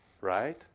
right